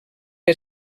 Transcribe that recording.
que